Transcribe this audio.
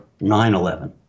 9-11